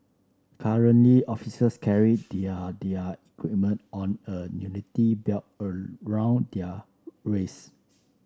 currently officers carry their their equipment on a unity belt around their waists